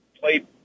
played